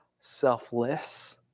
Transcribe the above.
selfless